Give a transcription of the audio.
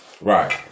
Right